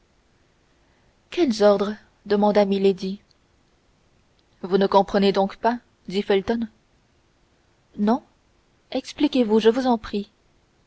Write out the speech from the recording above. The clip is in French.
quels ordres demanda milady vous ne comprenez donc pas dit felton non expliquez-vous je vous en prie